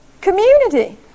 community